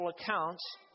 accounts